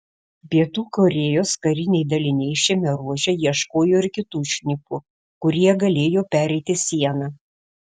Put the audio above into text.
pietų korėjos kariniai daliniai šiame ruože ieškojo ir kitų šnipų kurie galėjo pereiti sieną